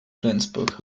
flensburg